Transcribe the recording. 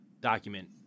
document